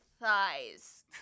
thighs